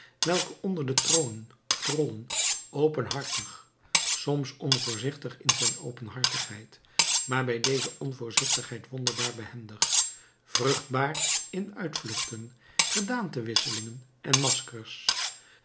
welke onder de tronen grollen openhartig soms onvoorzichtig in zijn openhartigheid maar bij deze onvoorzichtigheid wonderbaar behendig vruchtbaar in uitvluchten gedaantewisselingen en maskers